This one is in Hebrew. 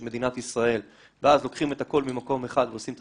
מדינת ישראל ואז לוקחים את הכול ממקום אחד ועושים את